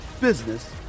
business